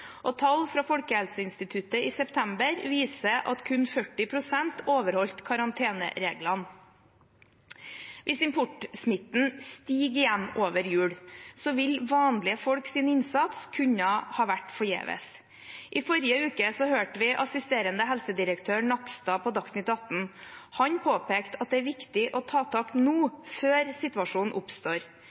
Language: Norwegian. og tall fra Folkehelseinstituttet i september viser at kun 40 pst. overholdt karantenereglene. Hvis importsmitten stiger igjen over jul, vil vanlige folks innsats kunne ha vært forgjeves. I forrige uke hørte vi assisterende helsedirektør Nakstad på Dagsnytt 18. Han påpekte at det er viktig å ta tak nå, før situasjonen oppstår.